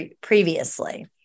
previously